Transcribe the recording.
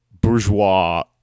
bourgeois